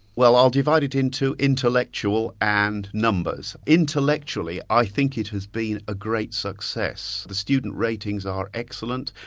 well i'll divide it into intellectual and numbers. intellectually, i think it has been a great success the student ratings are excellent,